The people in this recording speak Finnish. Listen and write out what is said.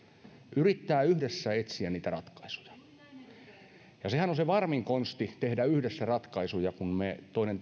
yrittää yhdessä etsiä niitä ratkaisuja sehän on se varmin konsti tehdä yhdessä ratkaisuja kun me toinen